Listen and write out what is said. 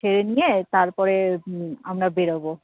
খেয়ে নিয়ে তারপরে আমরা বেরবো